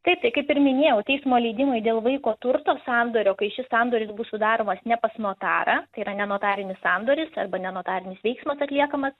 taip tai kaip ir minėjau teismo leidimai dėl vaiko turto sandorio kai šis sandoris bus sudaromas ne pas notarą tai yra ne notarinis sandoris arba ne notarinis veiksmas atliekamas